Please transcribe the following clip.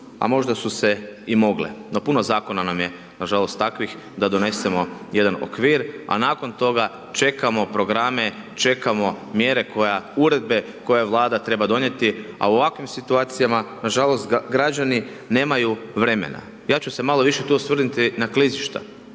a možda su se i mogle. No puno zakona nam je nažalost takvih, da donesemo jedan okvir, a nakon toga čekamo programe, čekamo mjere koja, uredbe koje Vlada treba donijeti, a u ovakvim situacijama, nažalost građani nemaju vremena. Ja ću se malo više tu osvrnuti na klizišta